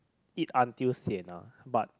eat until sian ah but